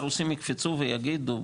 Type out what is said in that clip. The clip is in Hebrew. זה גם לא משהו חדש שהרוסים יקפצו ויגידו,